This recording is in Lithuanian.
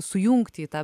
sujungti į tą